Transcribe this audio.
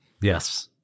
Yes